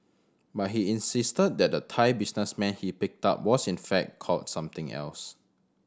but he insisted that the Thai businessman he picked up was in fact called something else